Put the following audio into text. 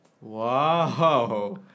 Wow